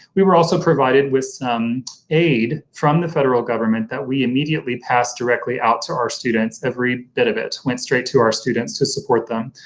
we were also provided with some aid from the federal government that we immediately passed directly out to our students. every bit of it went straight to our students to support them.